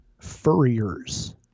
furriers